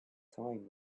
time